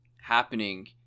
happening